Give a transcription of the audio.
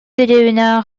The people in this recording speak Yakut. дэриэбинэҕэ